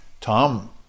Tom